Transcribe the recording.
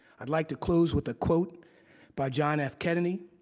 i'd like to close with a quote by john f. kennedy.